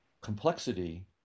complexity